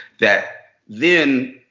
that then